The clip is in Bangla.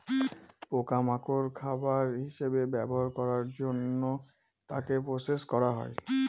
পোকা মাকড় খাবার হিসেবে ব্যবহার করার জন্য তাকে প্রসেস করা হয়